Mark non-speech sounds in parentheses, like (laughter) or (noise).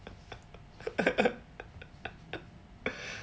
(laughs)